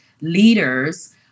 leaders